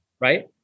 Right